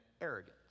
arrogance